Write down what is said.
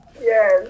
Yes